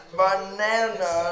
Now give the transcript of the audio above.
banana